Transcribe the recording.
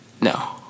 No